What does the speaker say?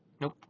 Nope